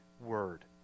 word